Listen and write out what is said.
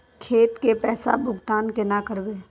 खेत के पैसा भुगतान केना करबे?